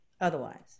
otherwise